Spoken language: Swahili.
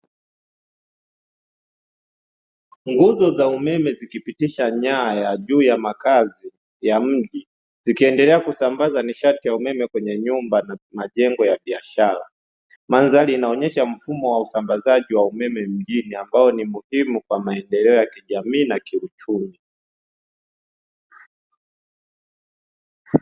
Nguzo za umeme zikipitisha nyaya juu ya makazi ya mji zikiendelea kusambaza nishati ya umeme kwenye nyumba na majengo ya biashara. Mandhari inaonyesha mfumo wa usambazaji umeme mjini, ambao ni muhimu kwa maendeleo ya kijamii na kiuchumi.